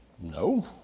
No